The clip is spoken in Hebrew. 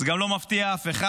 זה גם לא מפתיע אף אחד.